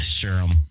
serum